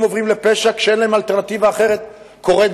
אדוני